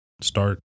start